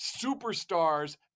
superstars